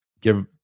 Give